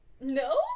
No